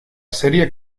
serie